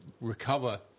recover